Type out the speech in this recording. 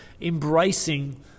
embracing